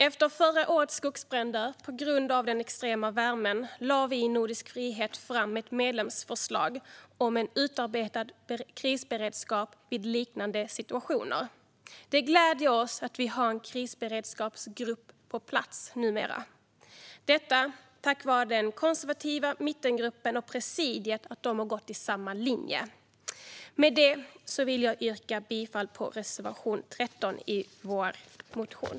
Efter förra årets skogsbränder på grund av den extrema värmen lade vi i Nordisk frihet fram ett medlemsförslag om en utarbetad krisberedskap vid liknande situationer. Det gläder oss att vi numera har en krisberedskapsgrupp på plats, detta tack vare att Konservativa gruppen, Mittengruppen och presidiet gått på samma linje. Med detta vill jag yrka bifall till reservation 13 i vår motion.